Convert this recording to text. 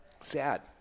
sad